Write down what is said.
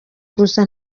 gusa